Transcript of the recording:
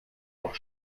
auch